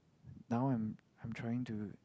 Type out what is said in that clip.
now I'm I'm trying to